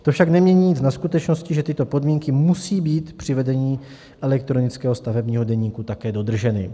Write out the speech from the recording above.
To však nemění nic na skutečnosti, že tyto podmínky musí být při vedení elektronického stavebního deníku také dodrženy.